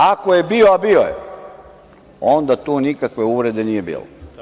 Ako je bio, a bio je, onda tu nikakve uvrede nije bilo.